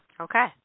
Okay